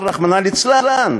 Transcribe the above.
רחמנא ליצלן.